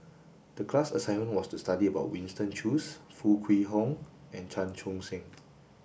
the class assignment was to study about Winston Choos Foo Kwee Horng and Chan Chun Sing